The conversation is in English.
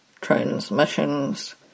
transmissions